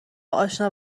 آشنا